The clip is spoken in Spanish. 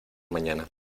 mañana